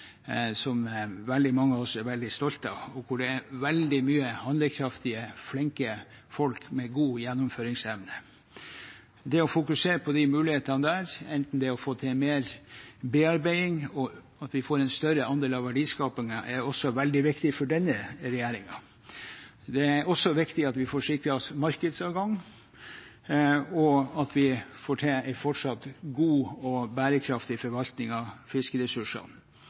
som veldig mange av oss er veldig stolte av, og hvor det er veldig mange handlekraftige, flinke folk med god gjennomføringsevne. Det å fokusere på disse mulighetene, enten det er å få til mer bearbeiding, eller at vi får en større andel av verdiskapingen, er også veldig viktig for denne regjeringen. Det er også viktig at vi får sikret oss markedsadgang, at vi får til en fortsatt god og bærekraftig forvaltning av fiskeressursene,